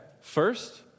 First